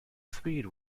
speed